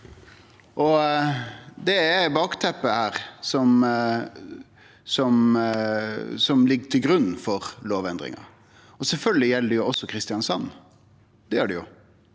Det er bakteppet som ligg til grunn for lovendringa. Sjølvsagt gjeld det også Kristiansand, det gjer det jo,